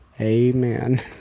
Amen